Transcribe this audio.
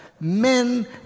men